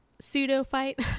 pseudo-fight